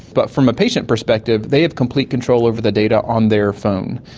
but from a patient perspective they have complete control over the data on their phone,